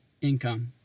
income